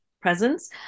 presence